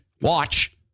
Watch